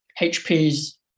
HP's